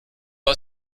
aus